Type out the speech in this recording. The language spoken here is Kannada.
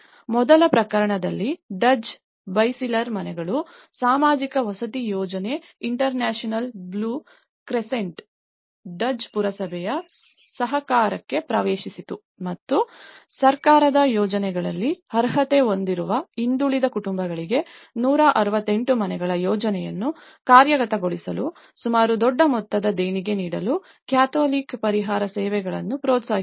ಮೊದಲ ಪ್ರಕರಣದಲ್ಲಿ ಡಜ್ ಬೈಸಿಲರ್ ಮನೆಗಳು ಸಾಮಾಜಿಕ ವಸತಿ ಯೋಜನೆ ಇಂಟರ್ನ್ಯಾಷನಲ್ ಬ್ಲೂ ಕ್ರೆಸ್ಸೆಂಟ್ ಡಜ್ ಪುರಸಭೆಯ ಸಹಕಾರಕ್ಕೆ ಪ್ರವೇಶಿಸಿತು ಮತ್ತು ರ್ಕಾರದ ಯೋಜನೆಗಳಲ್ಲಿ ಅರ್ಹತೆ ಹೊಂದಿರದ ಹಿಂದುಳಿದ ಕುಟುಂಬಗಳಿಗೆ 168 ಮನೆಗಳ ಯೋಜನೆಯನ್ನು ಕಾರ್ಯಗತಗೊಳಿಸಲು ಸುಮಾರು ದೊಡ್ಡ ಮೊತ್ತವನ್ನು ದೇಣಿಗೆ ನೀಡಲು ಕ್ಯಾಥೊಲಿಕ್ ಪರಿಹಾರ ಸೇವೆಗಳನ್ನು ಪ್ರೋತ್ಸಾಹಿಸಿತು